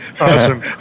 Awesome